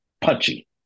punchy